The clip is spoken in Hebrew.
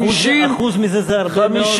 1% מזה זה עדיין הרבה מאוד.